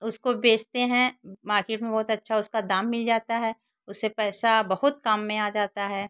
उसको बेचते हैं मार्केट में बहुत अच्छा उसका दाम मिल जाता है उससे पैसा बहुत काम में आ जाता है